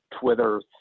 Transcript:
Twitter